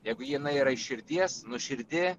jeigu jinai yra iš širdies nuoširdi